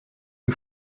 que